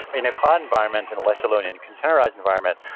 in a cloud environment, and let alone in a containerized environment,